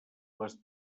les